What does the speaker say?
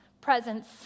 presence